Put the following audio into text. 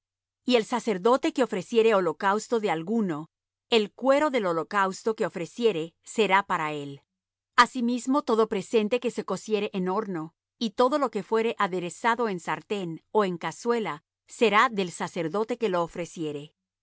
y el sacerdote que ofreciere holocausto de alguno el cuero del holocausto que ofreciere será para él asimismo todo presente que se cociere en horno y todo el que fuere aderezado en sartén ó en cazuela será del sacerdote que lo ofreciere